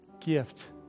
gift